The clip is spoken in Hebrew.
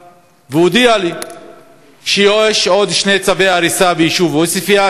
והודיע לי שיש עוד שני צווי הריסה ביישוב עוספיא,